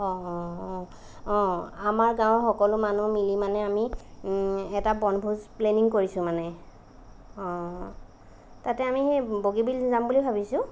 অ অ অ অ আমাৰ গাঁৱৰ সকলো মানুহ মিলি মানে আমি এটা বনভোজ প্লেনিং কৰিছোঁ মানে অ তাতে আমি সেই বগীবিল যাম বুলি ভাবিছোঁ